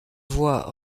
voix